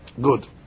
Good